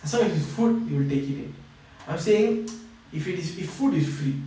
as long as if it's food you'll take it I'm saying if it is if food is free